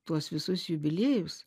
tuos visus jubiliejus